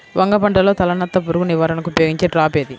వంగ పంటలో తలనత్త పురుగు నివారణకు ఉపయోగించే ట్రాప్ ఏది?